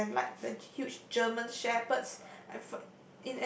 and like the huge German-Shepherds and f~